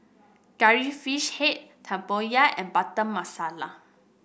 Curry Fish Head tempoyak and Butter Masala